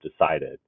decided